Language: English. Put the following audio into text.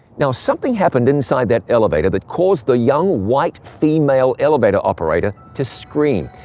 now, something happened inside that elevator that caused the young white female elevator operator to scream.